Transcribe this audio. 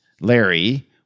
Larry